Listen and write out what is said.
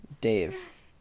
Dave